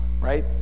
right